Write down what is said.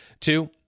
Two